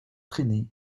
traînaient